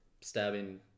stabbing